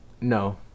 no